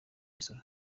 imisoro